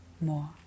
more